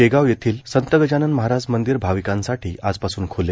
शेगाव येथील संत गजानन महाराज मंदिर भाविकांसाठी आजपासून ख्ले